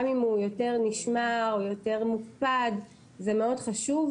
גם אם הוא יותר נשמע או יותר מוקפד זה מאוד חשוב,